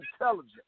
intelligent